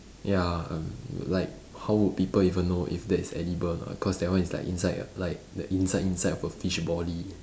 ya err like how would people even know if that is edible or not cause that one is like inside ah like the inside inside of a fish body